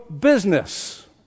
business